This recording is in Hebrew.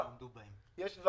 יש כל